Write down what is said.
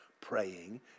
praying